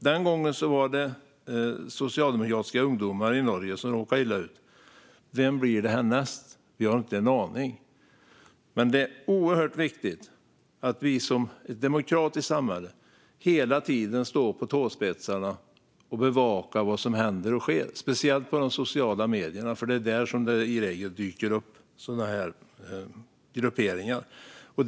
Den gången var det socialdemokratiska ungdomar i Norge som råkade illa ut. Vem blir det härnäst? Vi har ingen aning. Det är oerhört viktigt att vi som ett demokratiskt samhälle hela tiden står på tårna för att bevaka vad som händer och sker, speciellt i sociala medier eftersom sådana grejer och grupperingar dyker upp just där.